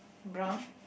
brown